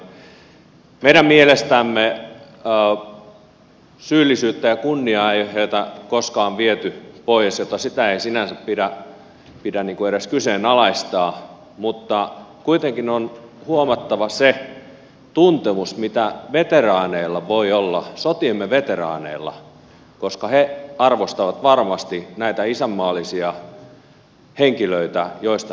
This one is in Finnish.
meidän mielestämme kunniaa ei ole heiltä koskaan viety pois joten sitä ei sinänsä pidä edes kyseenalaistaa mutta kuitenkin on huomattava se tuntemus mitä sotiemme veteraaneilla voi olla koska he arvostavat varmasti näitä isänmaallisia henkilöitä joista nyt puhutaan